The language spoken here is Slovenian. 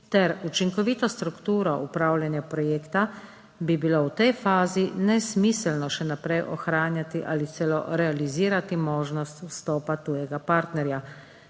ter učinkovito strukturo upravljanja projekta bi bilo v tej fazi nesmiselno še naprej ohranjati ali celo realizirati možnost vstopa tujega partnerja.